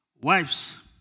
Wives